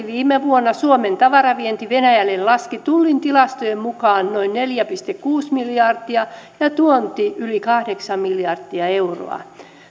viime vuonna suomen tavaravienti venäjälle laski tullin tilastojen mukaan noin neljä pilkku kuusi miljardia ja tuonti yli kahdeksan miljardia euroa